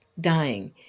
dying